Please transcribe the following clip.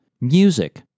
music